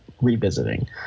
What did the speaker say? revisiting